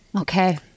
Okay